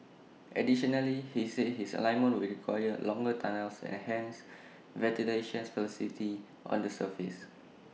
additionally he said this alignment would require longer tunnels and hence ventilation facilities on the surface